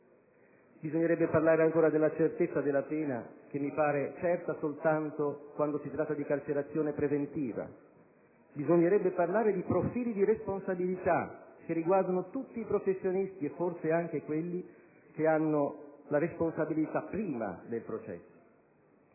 Bisognerebbe parlare ancora della certezza della pena, che mi pare certa soltanto quando si tratta di carcerazione preventiva. Bisognerebbe parlare di profili di responsabilità che riguardano tutti i professionisti, forse anche quelli che hanno la responsabilità prima del processo.